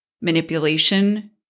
manipulation